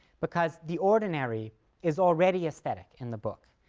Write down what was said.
because the ordinary is already aesthetic in the book.